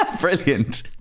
Brilliant